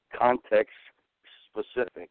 context-specific